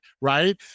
right